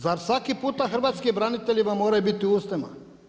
Zar svaki puta hrvatski branitelji vam moraju biti u ustima?